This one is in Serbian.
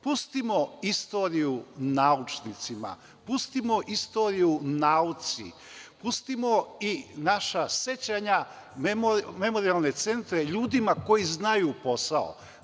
Pustimo istoriju naučnicima, pustimo istoriju nauci, pustimo i naša sećanja, memorijalne centre ljudima koji znaju posao.